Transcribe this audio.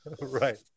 Right